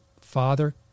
father